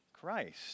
Christ